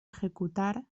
ejecutar